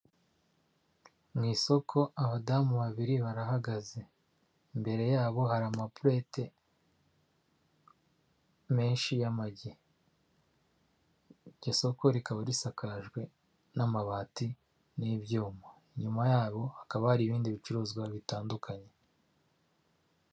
Mu isoko abadamu babiri barahagaze, imbere yabo hari amapurete menshi y'amagi, iryo soko rikaba risakajwe n'amabati n'ibyuma, inyuma yabo hakaba hari ibindi bicuruzwa bitandukanye.